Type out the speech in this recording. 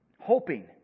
hoping